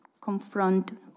confront